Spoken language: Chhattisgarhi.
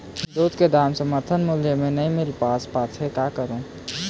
दूध के दाम समर्थन मूल्य म नई मील पास पाथे, का करों?